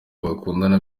bakundana